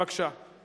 בבקשה.